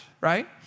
Right